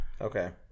okay